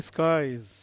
Skies